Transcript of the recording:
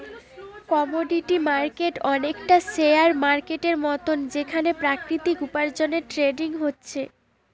commodity market অনেকটা share মার্কেটের মতন যেখানে প্রাকৃতিক উপার্জনের ট্রেডিং হচ্ছে